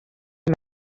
این